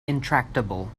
intractable